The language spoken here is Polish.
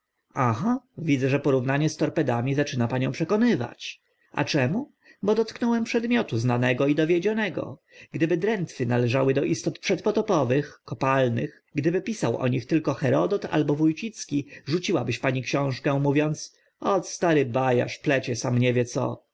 aha widzę że porównanie z torpedami zaczyna panią przekonywać a czemu bo dotknąłem przedmiotu znanego i dowiedzionego gdyby drętwy należały do istot przedpotopowych kopalnych gdyby pisał o nich tylko herodot albo wó cicki rzuciłabyś pani książkę mówiąc ot stary ba arz plecie sam nie wie co